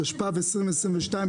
התשפ"ב-2022,